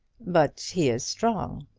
but he is strong.